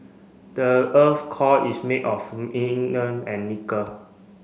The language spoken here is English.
the earth's core is made of and nickel